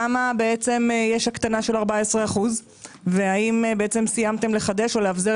למה יש הקטנה של 14% והאם סיימתם לחדש או לאבזר